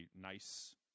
nice